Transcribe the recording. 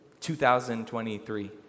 2023